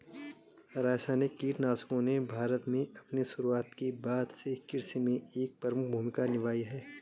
रासायनिक कीटनाशकों ने भारत में अपनी शुरूआत के बाद से कृषि में एक प्रमुख भूमिका निभाई है